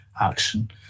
action